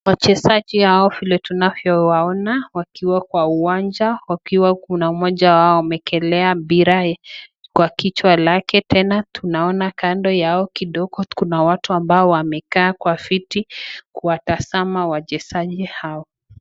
Wachezaji hao vile tunavyo waona wakiwa kwa uwanja, wakiwa kuna moja wao amekelea mpira kwa kichwa lake, tena tunaona kando yao kidogo kuna watu ambao wamekaa kwa viti kuwatazama wachezaji hao.